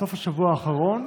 בסוף השבוע האחרון,